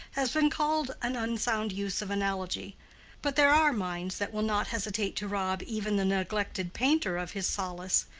has been called an unsound use of analogy but there are minds that will not hesitate to rob even the neglected painter of his solace.